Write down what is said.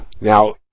Now